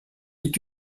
est